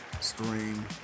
Stream